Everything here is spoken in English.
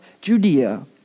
Judea